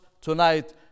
tonight